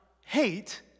hate